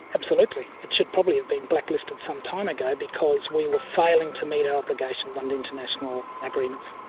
absolutely. it should probably have been blacklisted some time ago because we were failing to meet our obligations under international agreements.